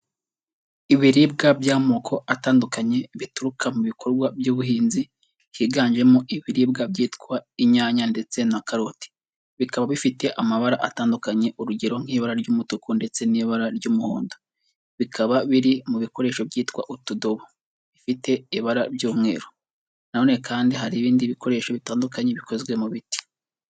Ibiribwa by'amoko atandukanye bituruka mu bikorwa by'ubuhinzi, higanjemo ibiribwa byitwa inyanya ndetse na karoti, bikaba bifite amabara atandukanye urugero nk'ibara ry'umutuku ndetse n'ibara ry'umuhondo, bikaba biri mu bikoresho byitwa utudobo bifite ibara ry'umweru na none kandi hari ibindi bikoresho bitandukanye bikozwe mu biti.